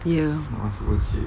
ya